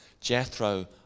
Jethro